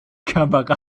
kamera